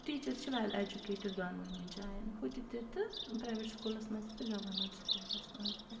teacher چھِ وٮ۪ل ایٚجوکیٹٕڑ دوٚنؤنی جایَن ہُہ تہِ تہِ تہٕ پرٛایویٹ سکوٗلَس منٛز تہِ تہٕ گورمیٚنٛٹ سکوٗلَس منٛز تہِ